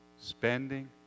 spending